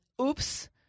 oops